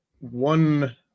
one